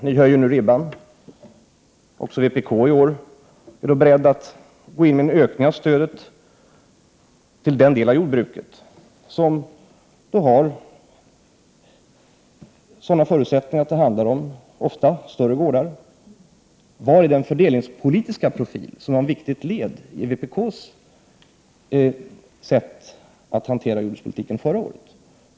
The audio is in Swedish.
Ni höjer nu ribban. Också vpk är i år berett att gå med på en ökning av stödet till den del av jordbruket som har sådana förutsättningar som det ofta handlar om, bl.a. större gårdar. Var är den fördelningspolitiska profil som förra året var ett viktigt inslag i vpk:s sätt att hantera jordbrukspolitiken?